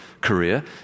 career